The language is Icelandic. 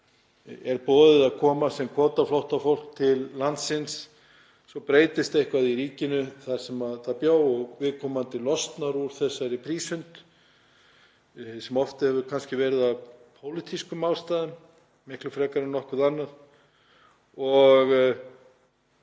er boðið að komast sem kvótaflóttafólk til landsins. Svo breytist eitthvað í ríkinu þar sem það bjó og viðkomandi losnar úr þessari prísund, sem oft hefur kannski verið af pólitískum ástæðum miklu frekar en nokkru öðru, og